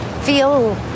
feel